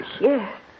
Yes